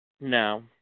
No